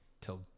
Till